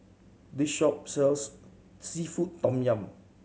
this shop sells seafood tom yum